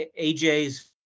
AJ's